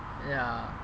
ya